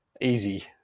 easy